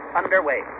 underway